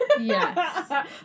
Yes